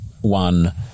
one